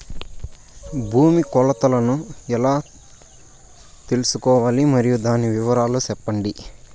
భూమి కొలతలను ఎలా తెల్సుకోవాలి? మరియు దాని వివరాలు సెప్పండి?